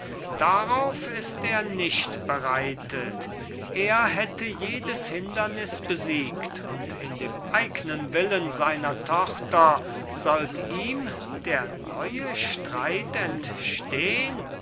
darauf ist er nicht bereitet er hätte jedes hindernis besiegt und in dem eignen willen seiner tochter sollt ihm der neue streit entstehn